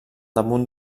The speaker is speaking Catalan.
damunt